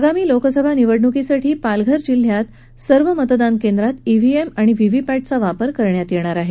आगामी लोकसभा निवडणकीसाठी पालघर जिल्ह्यात सर्व मतदान केंद्रात ईव्हीएम आणि व्हीव्हीपॅटचा वापर करण्यात येणार आहे